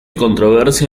controversia